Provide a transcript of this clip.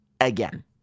again